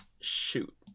shoot